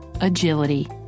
agility